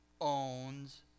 owns